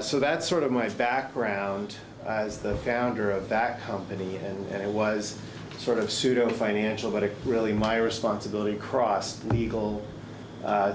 so that's sort of my background as the founder of back company here and it was sort of pseudo financial but it really my responsibility crossed legal